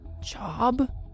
job